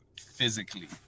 physically